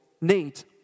need